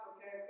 Okay